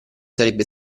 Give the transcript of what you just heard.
sarebbe